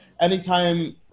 Anytime